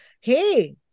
hey